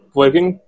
working